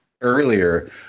earlier